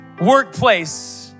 workplace